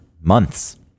months